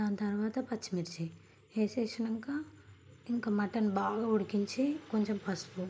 దాని తరువాత పచ్చిమిర్చి వేసాక ఇంకా మటన్ బాగా ఉడికించి కొంచెం పసుపు